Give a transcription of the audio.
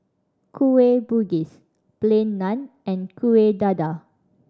Kueh Bugis Plain Naan and Kuih Dadar